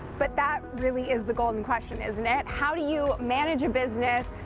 but that really is the golden question, isn't it? how do you manage a business,